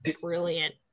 brilliant